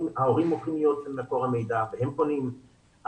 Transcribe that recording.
הופכים להיות מקור המידע והם פונים.